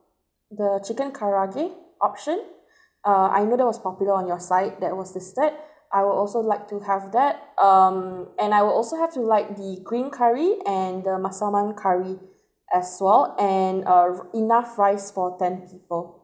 the chicken karaage option err I knew that was popular on your site that was to start I would also like to have that um and I will also have to like the green curry and the massaman curry as well and err enough rice for ten people